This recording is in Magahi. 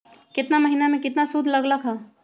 केतना महीना में कितना शुध लग लक ह?